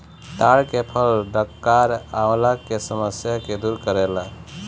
ताड़ के फल डकार अवला के समस्या के दूर करेला